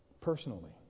personally